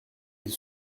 ils